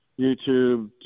YouTube